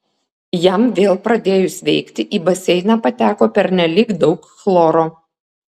jam vėl pradėjus veikti į baseiną pateko pernelyg daug chloro